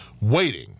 waiting